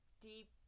Deep